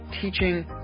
teaching